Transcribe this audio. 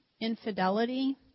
Infidelity